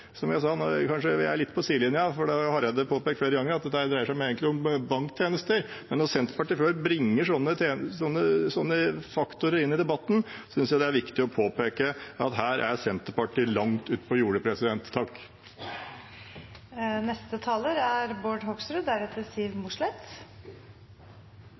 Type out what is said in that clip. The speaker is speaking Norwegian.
Nå er vi kanskje litt på sidelinjen, for Hareide har påpekt flere ganger at dette egentlig dreier seg om banktjenester, men når Senterpartiet først bringer sånne faktorer inn i debatten, synes jeg det er viktig å påpeke at Senterpartiet er langt utpå jordet. Det kunne vært morsomt å starte med å si at det er hyggelig på jordet – apropos foregående taler.